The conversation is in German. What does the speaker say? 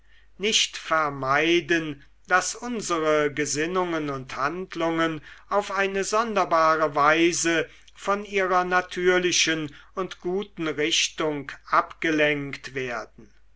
nicht vermeiden daß unsere gesinnungen und handlungen auf eine sonderbare weise von ihrer natürlichen und guten richtung abgelenkt werden